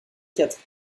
quatre